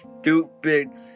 Stupid